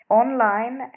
online